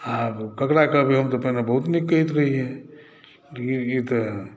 आब ककरा कहबै हम तऽ पहिने बहुत नीक कहैत रहियै लेकिन ई तऽ